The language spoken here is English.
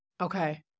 Okay